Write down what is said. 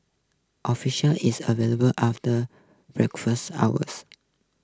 official is available after request hours